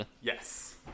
Yes